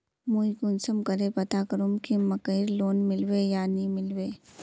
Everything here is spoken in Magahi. मुई कुंसम करे पता करूम की मकईर लोन मिलबे या नी मिलबे?